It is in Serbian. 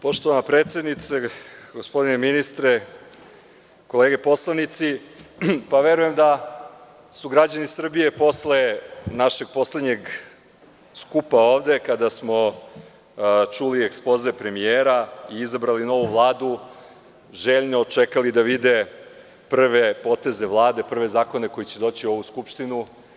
Poštovana predsednice, gospodine ministre, kolege poslanici, verujem da su građani Srbije posle našeg poslednjeg skupa ovde kada smo čuli ekspoze premijera i izabrali novu Vladu željno čekali da vide prve poteze Vlade, prve zakone koji će doći u ovu Skupštinu.